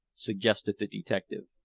suggested the detective.